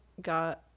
got